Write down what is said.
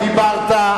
דיברת,